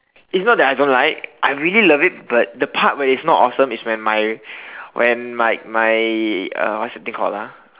is not that I don't like I really love it but the part where its not awesome is when my when like my my uh what's the thing called ah